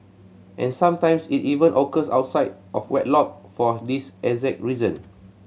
and sometimes it even occurs outside of wedlock for this exact reason